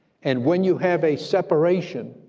and when you have a separation,